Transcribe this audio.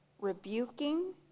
rebuking